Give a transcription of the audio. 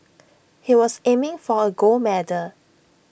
he was aiming for A gold medal